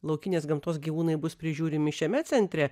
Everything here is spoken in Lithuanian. laukinės gamtos gyvūnai bus prižiūrimi šiame centre